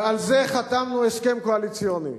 ועל זה חתמנו הסכם קואליציוני.